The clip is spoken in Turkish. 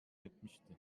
etmişti